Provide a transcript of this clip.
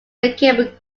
became